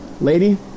lady